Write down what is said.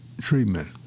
treatment